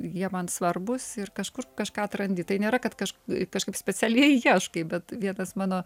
jie man svarbūs ir kažkur kažką atrandi tai nėra kad kaž kažkaip specialiai ieškai bet vienas mano